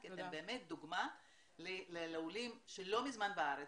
כי אתם באמת דוגמה לעולים שלא מזמן באו ארצה,